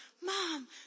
Mom